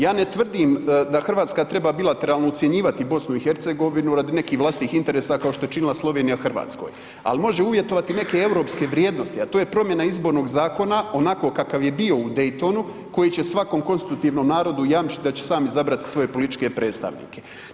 Ja ne tvrdim da Hrvatska treba bilateralno ucjenjivati BiH radi nekih vlastitih interesa, kao što je činila Slovenija Hrvatskoj, ali može uvjetovati neke europske vrijednosti, a to je promjena izbornog zakona, onako kakav je bio u Daytonu koji će svakom konstitutivnom narodu jamčiti da će sam izabrati svoje političke predstavnike.